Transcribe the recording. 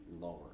Lower